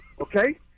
Okay